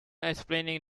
explaining